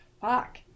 Fuck